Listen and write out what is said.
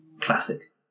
Classic